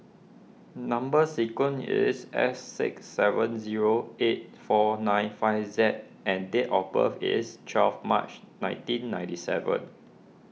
Number Sequence is S six seven zero eight four nine five Z and date of birth is twelve March nineteen ninety seven